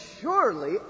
surely